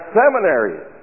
seminaries